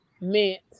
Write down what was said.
meant